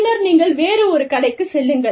பின்னர் நீங்கள் வேறு ஒரு கடைக்குச் செல்லுங்கள்